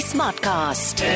Smartcast